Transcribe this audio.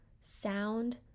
sound